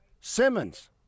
Simmons